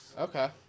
Okay